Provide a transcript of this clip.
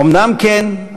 אומנם כן,